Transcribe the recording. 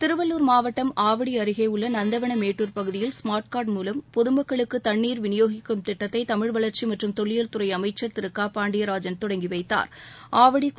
திருவள்ளுர் மாவட்டம் ஆவடி அருகே உள்ள நந்தவன மேட்டுர் பகுதியில் ஸ்மாட் கா்ட் மூலம் பொதமக்களுக்கு தண்ணீர் விநியோகிக்கும் திட்டத்தை தமிழ் வளர்ச்சி மற்றும் தொல்லியல் துறை அமைச்சர் திரு க பாண்டியராஜன் தெடங்கிவைத்தாா்